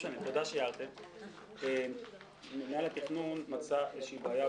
איך הם התייחסו לזה אנחנו רואים בזה הפקעת בעלות,